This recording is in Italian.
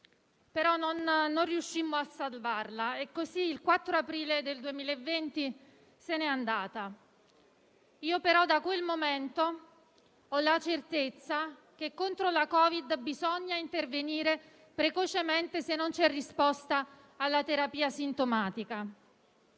Non riuscimmo a salvarla e così, il 4 aprile 2020, se n'è andata. Da quel momento ho la certezza che contro il Covid bisogna intervenire precocemente se non c'è risposta alla terapia sintomatica.